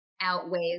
outweighs